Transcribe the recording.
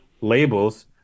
labels